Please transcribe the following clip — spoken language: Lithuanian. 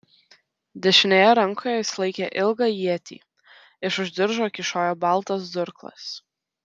dešinėje rankoje jis laikė ilgą ietį iš už diržo kyšojo baltas durklas